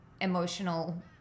emotional